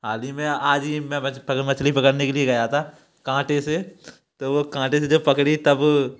हाल ही में आज ही मैं मछली पकड़ने के लिए गया था कांटे से तो वो कांटे से जब पकड़ी तब